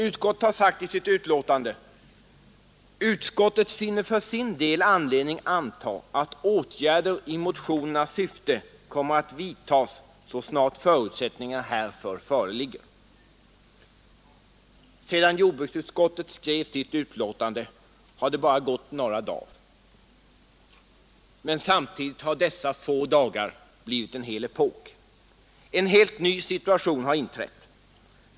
Utskottet har sagt i sitt betänkande: ”Utskottet finner för sin del anledning anta att åtgärder i motionernas syfte kommer att vidtas så snart förutsättningar härför föreligger.” Sedan jordbruksutskottet skrev sitt betänkande har det bara gått några dagar, men samtidigt har dessa få dagar blivit en hel epok. En helt ny situation har inträtt.